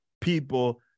people